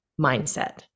mindset